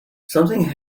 something